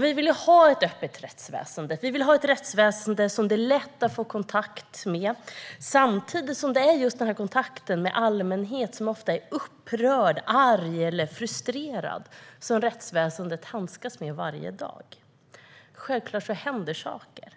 Vi vill ha ett öppet rättsväsen, och vi vill ha ett rättsväsen som det är lätt att få kontakt med. Samtidigt är det just kontakterna med allmänheten, som ofta är upprörd, arg eller frustrerad, som rättsväsendet handskas med varje dag. Självklart händer det saker.